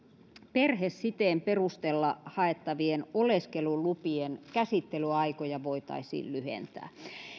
perhesiteen perusteella haettavien oleskelulupien käsittelyaikoja voitaisiin lyhentää